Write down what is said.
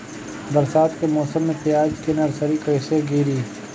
बरसात के मौसम में प्याज के नर्सरी कैसे गिरी?